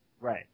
Right